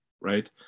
right